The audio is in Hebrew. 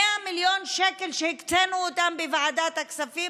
100 מיליון שקל שהקצנו בוועדת הכספים,